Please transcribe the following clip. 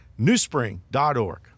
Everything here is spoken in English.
newspring.org